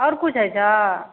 आओर किछु होइ छऽ